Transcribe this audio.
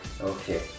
Okay